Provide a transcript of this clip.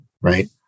right